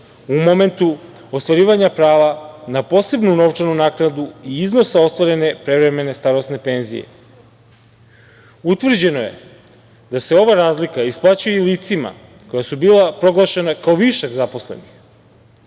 u momentu ostvarivanja prava na posebnu novčanu naknadu i iznosa ostvarene prevremene starosne penzije. Utvrđeno je da se ova razlika isplaćuje i licima koja su bila proglašena kao višak zaposlenih.